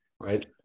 right